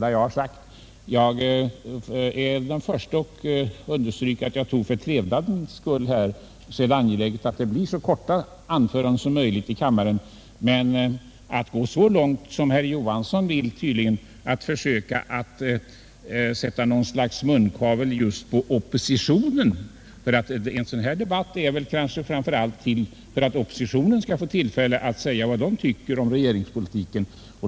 Jag är den förste att understryka att det för trevnadens skull är angeläget att det blir så korta anföranden som möjligt i kammaren. Men att gå så långt som herr Johansson tydligen önskar, dvs. att försöka sätta munkavle just på oppositionen, vill jag inte göra. En debatt av detta slag har väl anordnats just för att bereda oppositionen tillfälle att säga vad den tycker om regeringspolitiken.